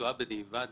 שהתשואה בדיעבד